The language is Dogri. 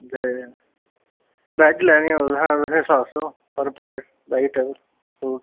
ते वेज लैनी होग तुसें तां सत्त सौ पर प्लेट वेजिटेबल फ्रूट